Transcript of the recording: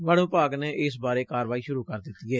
ਵਣ ਵਿਭਾਗ ਨੇ ਇਸ ਬਾਰੇ ਕਾਰਵਾਈ ਸੁਰੂ ਕਰ ਦਿੱਡੀ ਏ